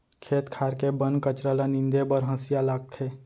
खेत खार के बन कचरा ल नींदे बर हँसिया लागथे